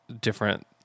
different